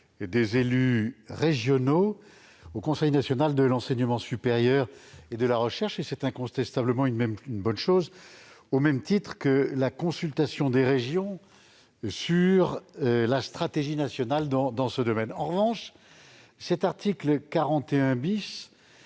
des élus régionaux au Conseil national de l'enseignement supérieur et de la recherche, ce qui est incontestablement une bonne chose, au même titre que la consultation des régions sur la stratégie nationale dans ce domaine. En revanche, cet article prévoit